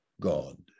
God